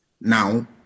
now